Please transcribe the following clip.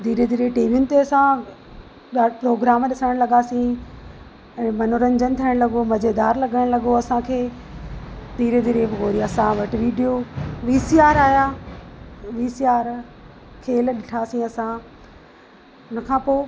धीरे धीरे टीवीनि ते असां ड प्रोग्राम ॾिसणु लॻासीं मनोरंजन थियणु लॻो मज़ेदार लॻणु लॻो असांखे धीरे धीरे पोइ वरी असां वटि विडियो वी सी आर आहियां वी सी आर खेल ॾिठासीं असां उन खां पोइ